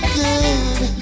good